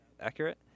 accurate